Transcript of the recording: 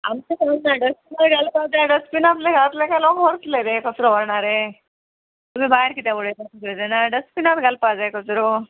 आमचें काम ना डस्टबीन घालपा जाय डस्टबिनांतले घातले की लोक व्हरतले ते कचरो व्हरणारे तुमी भायर किदें उडयता थंय जाणा डस्टबिनान घालपा जाय कचरो